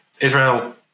Israel